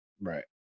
Right